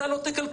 אתה לא תקלקל'.